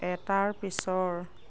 এটাৰ পিছৰ